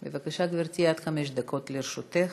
בבקשה, גברתי, עד חמש דקות לרשותך.